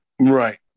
Right